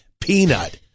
peanut